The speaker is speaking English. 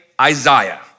Isaiah